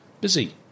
Busy